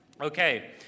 okay